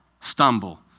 stumble